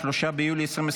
3 ביולי 2024,